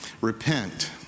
Repent